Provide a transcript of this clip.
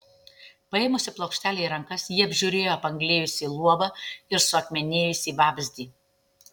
paėmusi plokštelę į rankas ji apžiūrėjo apanglėjusį luobą ir suakmenėjusį vabzdį